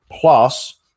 plus